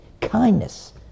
kindness